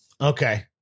okay